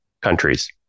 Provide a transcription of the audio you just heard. countries